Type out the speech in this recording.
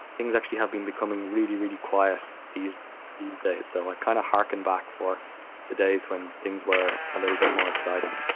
things actually have been becoming really, really quiet these these days. so i kind of harken back for the days when things were a little bit more exciting